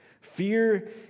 Fear